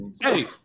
Hey